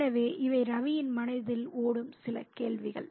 எனவே இவை ரவியின் மனதில் ஓடும் சில கேள்விகள்